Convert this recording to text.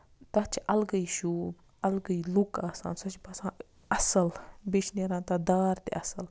تَتھ چھِ اَلگٕے شوٗب اَلگٕے لُک آسان سُہ چھُ باسان اَصٕل بیٚیہِ چھِ نیران تَتھ دار تہِ اَصٕل